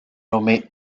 nommé